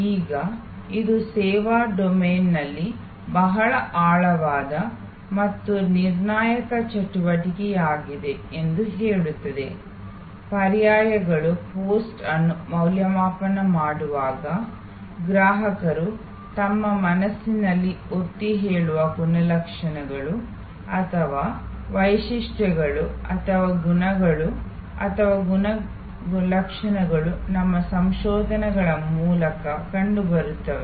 ಈಗ ಇದು ಸೇವಾ ಡೊಮೇನ್ನಲ್ಲಿ ಬಹಳ ಆಳವಾದ ಮತ್ತು ನಿರ್ಣಾಯಕ ಚಟುವಟಿಕೆಯಾಗಿದೆ ಎಂದು ಹೇಳುತ್ತದೆ ಪರ್ಯಾಯಗಳ ಪೋಸ್ಟ್ ಅನ್ನು ಮೌಲ್ಯಮಾಪನ ಮಾಡುವಾಗ ಗ್ರಾಹಕರು ತಮ್ಮ ಮನಸ್ಸಿನಲ್ಲಿ ಒತ್ತಿಹೇಳುವ ಗುಣಲಕ್ಷಣಗಳು ಅಥವಾ ವೈಶಿಷ್ಟ್ಯಗಳು ಅಥವಾ ಗುಣಗಳು ಅಥವಾ ಗುಣಲಕ್ಷಣಗಳು ನಮ್ಮ ಸಂಶೋಧನೆಗಳ ಮೂಲಕ ಕಂಡುಬರುತ್ತವೆ